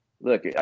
look